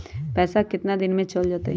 पैसा कितना दिन में चल जतई?